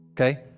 okay